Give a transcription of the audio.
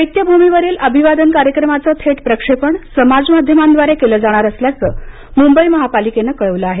चैत्यभूमी वरील अभिवादन कार्यक्रमाचं थेट प्रक्षेपण समाज माध्यमांद्वारे केलं जाणार असल्याचं मुंबई महापालिकेनं कळवलं आहे